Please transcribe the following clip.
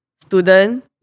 student